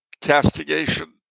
castigation